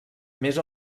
més